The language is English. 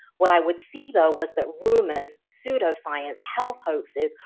what i would see though was that rumors, pseudoscience, health hoaxes,